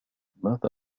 ماذا